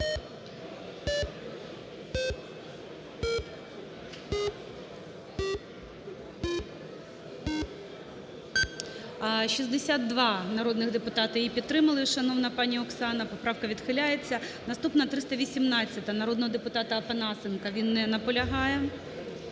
62 народних депутати її підтримали, шановна пані Оксано. Поправка відхиляється. Наступна - 318-а народного депутата Опанасенка. Він не наполягає.